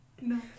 No